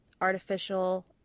artificial